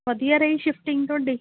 ਵਧੀਆ ਰਹੀ ਸ਼ਿਫਟਿੰਗ ਤੁਹਾਡੀ